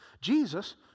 Jesus